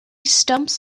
stumps